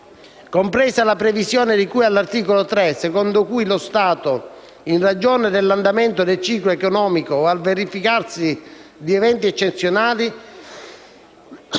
compresa la previsione di cui all'articolo 3, secondo cui lo Stato, in ragione dell'andamento del ciclo economico o al verificarsi di eventi eccezionali,